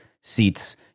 seats